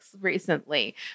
recently